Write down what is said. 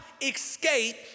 escape